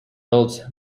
built